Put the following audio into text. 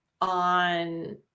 on